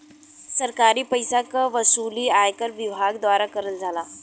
सरकारी पइसा क वसूली आयकर विभाग द्वारा करल जाला